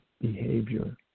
behavior